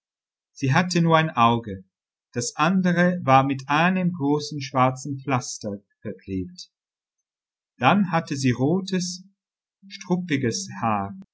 sie hatte nur ein auge das andere war mit einem großen schwarzen pflaster verklebt dann hatte sie rotes struppiges haar